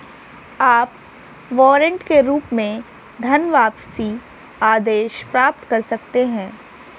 आप वारंट के रूप में धनवापसी आदेश प्राप्त कर सकते हैं